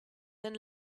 than